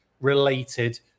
related